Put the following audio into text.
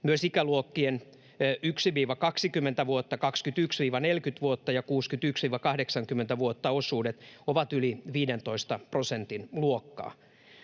Myös ikäluokkien 1—20-vuotta, 21– 40-vuotta ja 61– 80-vuotta osuudet ovat yli 15 prosentin luokkaa.